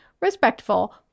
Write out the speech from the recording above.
respectful